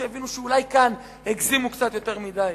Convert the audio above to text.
שהבינו שאולי כאן הם הגזימו קצת יותר מדי.